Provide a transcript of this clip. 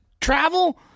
travel